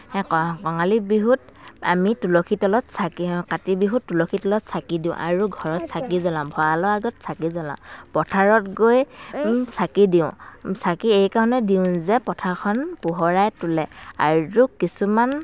সেই ক কঙালী বিহুত আমি তুলসী তলত চাকি কাতি বিহুত তুলসী তলত চাকি দিওঁ আৰু ঘৰত চাকি জ্বলাওঁ ভঁৰালৰ আগত চাকি জ্বলাওঁ পথাৰত গৈ চাকি দিওঁ চাকি এইকাৰণে দিওঁ যে পথাৰখন পোহৰাই তোলে আৰু কিছুমান